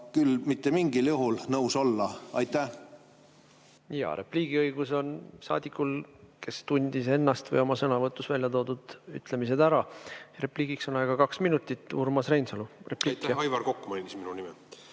küll mitte mingil juhul nõus olla. Aitäh! Repliigiõigus on saadikul, kes tundis ennast või oma sõnavõtus välja toodud ütlemised ära. Repliigiks on aega kaks minutit. Urmas Reinsalu, repliik. Repliigiõigus